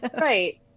right